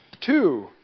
two